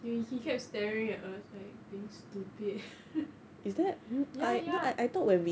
you he kept staring at us like being stupid ya ya